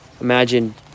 imagine